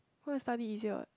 home you study easier what